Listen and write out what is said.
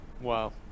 Wow